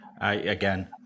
Again